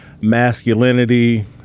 masculinity